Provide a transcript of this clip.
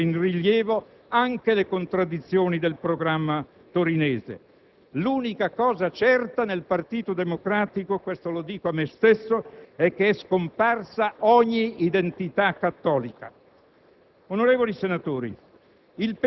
sono scesi in campo per mettere in rilievo, credo, anche le contraddizioni del programma torinese. L'unica cosa certa del partito democratico, e lo dico a me stesso, è la scomparsa di ogni identità cattolica.